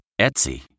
Etsy